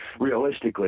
realistically